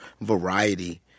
variety